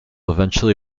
eventually